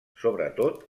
sobretot